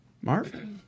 Marv